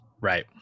Right